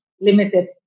limited